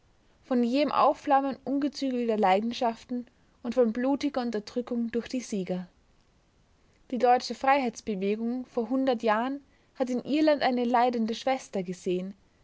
von jähem aufflammen ungezügelter leidenschaften und von blutiger unterdrückung durch die sieger die deutsche freiheitsbewegung vor hundert jahren hat in irland eine leidende schwester gesehen